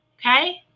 Okay